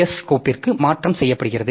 S கோப்பிற்கு மாற்றம் செய்யப்படுகிறது